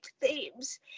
themes